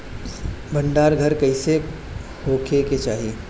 भंडार घर कईसे होखे के चाही?